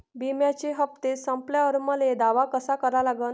बिम्याचे हप्ते संपल्यावर मले दावा कसा करा लागन?